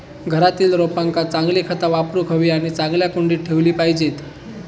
घरातील रोपांका चांगली खता वापरूक हवी आणि चांगल्या कुंडीत ठेवली पाहिजेत